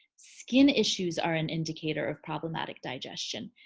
skin issues are an indicator of problematic digestion.